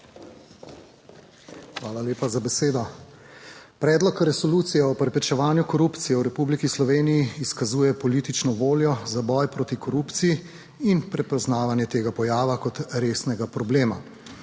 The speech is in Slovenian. Hvala lepa za besedo. Predlog resolucije o preprečevanju korupcije v Republiki Sloveniji izkazuje politično voljo za boj proti korupciji in prepoznavanje tega pojava kot resnega problema.